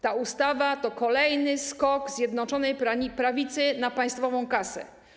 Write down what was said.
Ta ustawa to kolejny skok Zjednoczonej Prawicy na państwową kasę.